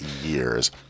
years